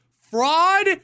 fraud